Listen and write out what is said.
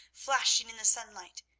flashing in the sunlight,